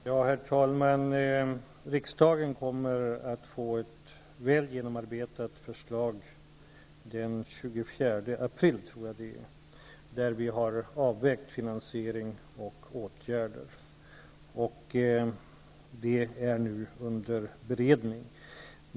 Herr talman! Riksdagen kommer att få ett väl genomarbetat förslag den 24 april. Där har vi avvägt finansiering och åtgärder. Förslaget är nu under beredning.